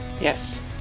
Yes